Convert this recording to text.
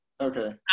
Okay